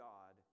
God